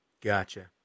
gotcha